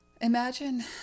imagine